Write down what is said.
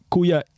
Kuya